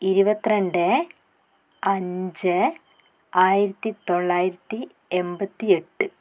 ഇരുവത്രണ്ട് അഞ്ച് ആയിരത്തി തൊള്ളായിരത്തി എൺപത്തി എട്ട്